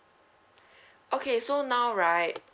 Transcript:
okay so now right